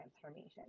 transformation